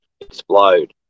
explode